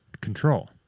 control